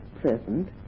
present